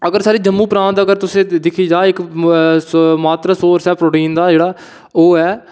अगर तुसें साढ़े जम्मू प्रांत तुसें दिक्खी जा इक्क मात्तर सोर्स ऐ प्रोटीन दा ओह् ऐ